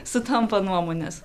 sutampa nuomonės